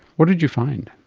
what did you find?